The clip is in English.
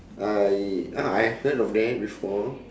I ah I've heard of that before